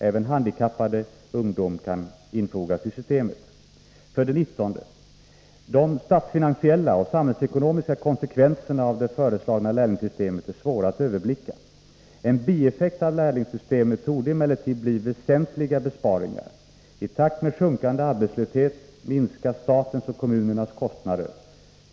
Även handikappad ungdom kan infogas i systemet. 19. De statsfinansiella och samhällsekonomiska konsekvenserna av det föreslagna lärlingssystemet är svåra att överblicka. En bieffekt av lärlingssys temet torde emellertid bli väsentliga besparingar. I takt med sjunkande arbetslöshet minskar statens och kommunernas kostnader.